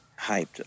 hyped